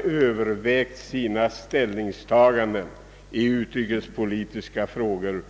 övervägt sina tidigaste ställningstaganden i utrikespolitiska frågor.